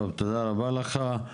טוב, תודה רבה לך.